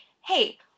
hey